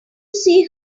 see